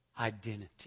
identity